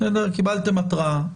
קיבלתם התראה.